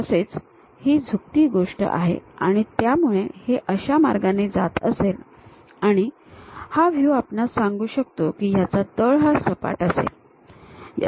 तसेच ही झुकती गोष्ट आहे आणि त्यामुळे हे अशा मार्गाने जात असेल आणि हा व्ह्यू आपणास सांगू शकतो की याचा तळ हा सपाट असेल